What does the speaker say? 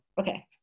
okay